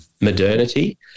modernity –